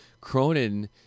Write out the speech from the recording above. Cronin